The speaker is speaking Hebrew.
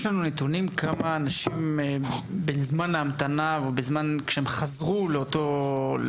יש לנו נתונים כמה אנשים בזמן ההמתנה פגעו שוב?